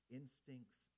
instincts